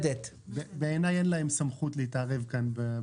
בעיניי אין להם סמכות להתערב כאן.